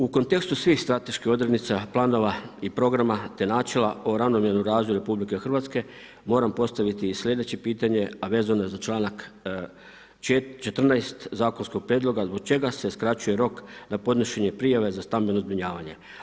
U kontekstu svih strateških odrednica planova i programa te načela o ravnomjernom razvoju Republike Hrvatske, moram postaviti i sljedeće pitanje, a vezano je za čl. 14. zakonskog prijedloga, zbog čega se skraćuje rok za podnošenje prijave za stambeno zbrinjavanje?